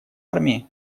армии